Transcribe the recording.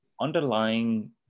underlying